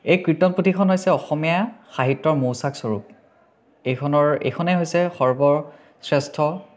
এই কীৰ্তন পুথিখন হৈছে অসমীয়া সাহিত্যৰ মৌচাকস্বৰূপ এইখনৰ এইখনেই হৈছে সৰ্বশ্ৰেষ্ঠ